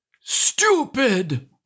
Stupid